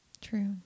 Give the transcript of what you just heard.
True